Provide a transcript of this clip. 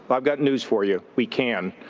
but i've got news for you, we can.